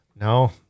No